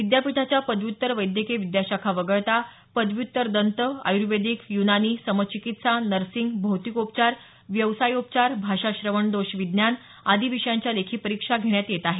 विद्यापीठाच्या पदव्युत्तर वैद्यकीय विद्याशाखा वगळता पदव्युत्तर दंत आयुर्वेदिक युनानी समचिकित्सा नर्सिंग भौतिकोपचार व्यवसायोपचार भाषा श्रवणदोष विज्ञान आदी विषयांच्या लेखी परीक्षा घेण्यात येत आहेत